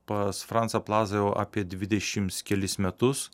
pas francą plazą jau apie dvidešims kelis metus